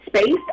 space